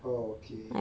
okay